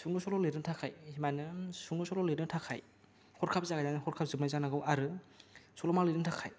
सुंद' सल' लेरनो थाखाय माने सुंद' सल' लिरनो थाखाय हरखाब जानानै हरखाब जोबनाय जानांगौ आरो सल'मा लेरनो थाखाय